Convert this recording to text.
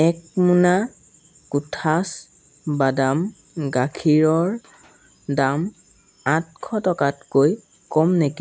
এক মোনা কোঠাছ বাদাম গাখীৰৰ দাম আঠশ টকাতকৈ কম নেকি